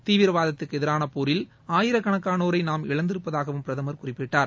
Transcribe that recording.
தீவிரவாதத்துக்கு எதிரான போரில் ஆயிரக்கணக்கானோரை நாம் இழந்திருப்பதாகவும் பிரதமர் குறிப்பிட்டார்